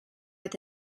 with